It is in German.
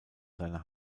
seiner